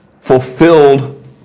fulfilled